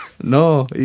No